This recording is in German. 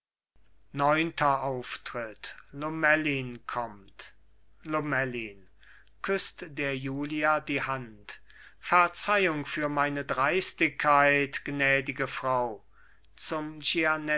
neunter auftritt lomellin kommt lomellin küßt der julia die hand verzeihung für meine dreustigkeit gnädige frau zum